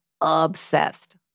obsessed